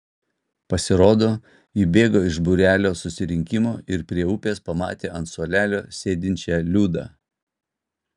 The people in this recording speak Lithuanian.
pasirodo ji bėgo iš būrelio susirinkimo ir prie upės pamatė ant suolelio sėdinčią liudą